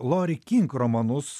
lori kink romanus